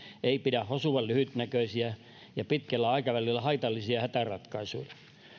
ei pidä hosua lyhytnäköisiä ja pitkällä aikavälillä haitallisia hätäratkaisuja